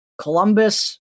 Columbus